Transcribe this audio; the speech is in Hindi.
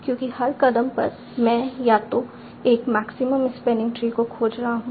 क्योंकि हर कदम पर मैं या तो एक मैक्सिमम स्पैनिंग ट्री को खोज रहा हूं